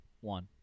one